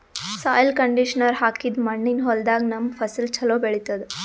soil conditioner ಹಾಕಿದ್ದ್ ಮಣ್ಣಿನ್ ಹೊಲದಾಗ್ ನಮ್ಗ್ ಫಸಲ್ ಛಲೋ ಬೆಳಿತದ್